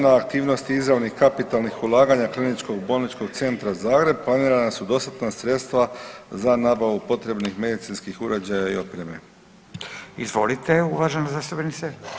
Na aktivnosti izravnih kapitalnih ulaganja Kliničkog bolničkog centra Zagreb planirana su dostatna sredstva za nabavu potrebnih medicinskih uređaja i opreme.